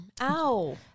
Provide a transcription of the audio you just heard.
Ow